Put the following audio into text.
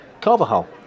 Carvajal